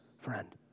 friend